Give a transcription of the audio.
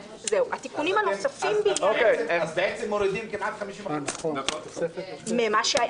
בעצם מורידים כמעט 50%. ממה שהיה,